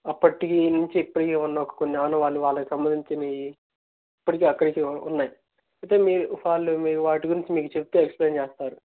అప్పటి నుంచి ఇప్పడికీ ఉన్న కొన్ని ఆనవాళ్లు వారికి సంబందించినవి ఇప్పటికీ అక్కడికి ఉన్నాయి అయితే మీ వాళ్ళు వాటి గురించి చెప్తూ ఎక్స్ప్లెయిన్ చేస్తారు